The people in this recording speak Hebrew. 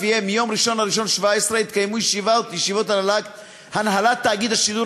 ולפיה מיום 1 בינואר 2017 יתקיימו ישיבות הנהלת תאגיד השידור